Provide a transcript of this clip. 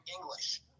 English